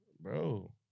Bro